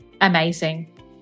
Amazing